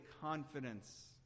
confidence